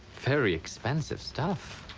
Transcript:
very expensive stuff.